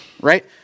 Right